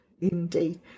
Indeed